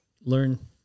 learn